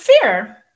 Fear